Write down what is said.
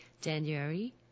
January